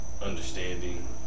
understanding